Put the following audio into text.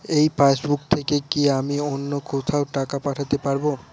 এই পাসবুক থেকে কি আমি অন্য কোথাও টাকা পাঠাতে পারব?